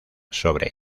sobre